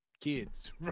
kids